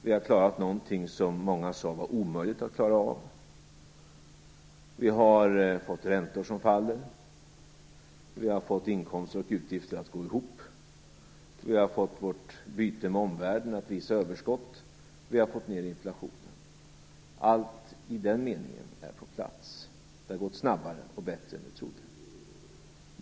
Vi har klarat någonting som många sade var omöjligt att klara av. Vi har fått räntor som faller. Vi har fått inkomster och utgifter att gå ihop. Vi har fått vårt byte med omvärlden att visa överskott. Vi har fått ned inflationen. Allt är i den meningen på plats. Det har gått snabbare och bättre än vi trodde.